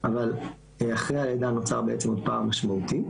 אבל אחרי הלידה נוצר בעצם הפער המשמעותי.